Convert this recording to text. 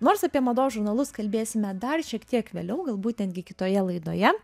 nors apie mados žurnalus kalbėsime dar šiek tiek vėliau galbūt netgi kitoje laidoje